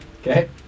Okay